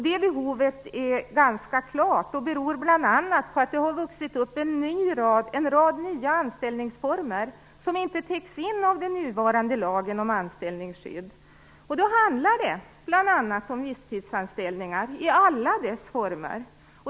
Det behovet är ganska klart och beror bl.a. på att en rad nya anställningsformer vuxit fram som inte täcks in av den nuvarande lagen om anställningsskydd. Då handlar det bl.a. om visstidsanställningar i alla former.